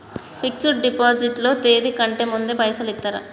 Fix డ్ deposit లో తేది కంటే ముందే పైసలు ఇత్తరా?